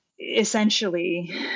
Essentially